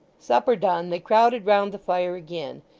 supper done, they crowded round the fire again,